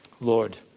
Lord